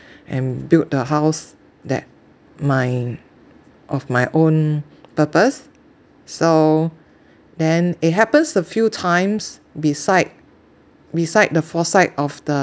and build the house that my of my own purpose so then it happens a few times beside beside the foresight of the